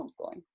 homeschooling